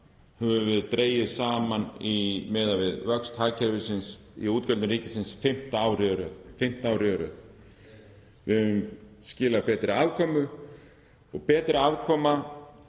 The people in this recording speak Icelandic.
höfum við dregið saman, miðað við vöxt hagkerfisins, útgjöld ríkisins fimmta árið í röð. Við höfum skilað betri afkomu og betri afkoma